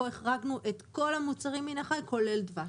שפה החרגנו את כל המוצרים מן החי כולל דבש.